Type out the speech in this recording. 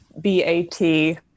B-A-T